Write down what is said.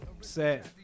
set